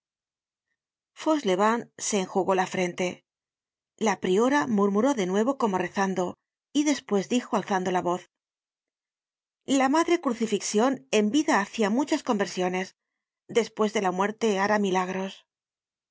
se enjugó la frente la priora murmuró de nuevo como rezando y despues dijo alzando la voz la madre crucifixion en vida hacia muchas conversiones despues de la muerte hará milagros